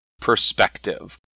perspective